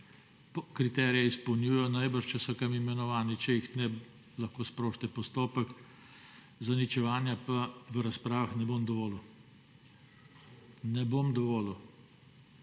kriterije izpolnjujejo najbrž, če so kam imenovani, če jih ne, lahko sprožite postopek, zaničevanja pa v razpravah ne bom dovolil, ne bom dovolil